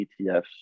ETFs